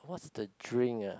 what's the drink ah